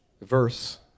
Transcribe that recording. verse